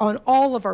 on all of our